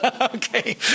Okay